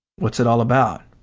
what's it all about?